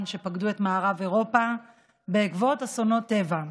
שפקדו את מערב אירופה בעקבות אסונות טבע.